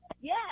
Yes